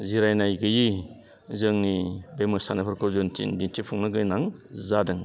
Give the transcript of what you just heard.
जिरायनाय गोयि जोंनि बे मोसानायफोरखौ जों दिन्थिफुंनो गोनां जादों